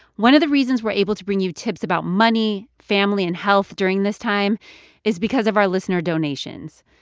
one of the reasons we're able to bring you tips about money, family and health during this time is because of our listener donations.